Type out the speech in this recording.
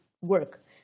work